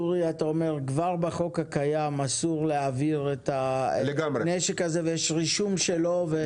אתה אומר שכבר בחוק הקיים אסור להעביר את הנשק הזה ויש רישום שלו.